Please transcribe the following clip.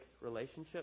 relationship